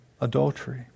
adultery